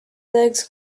legs